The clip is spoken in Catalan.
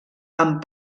amb